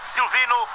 Silvino